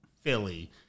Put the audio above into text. Philly